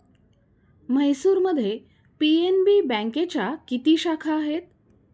म्हैसूरमध्ये पी.एन.बी बँकेच्या किती शाखा आहेत?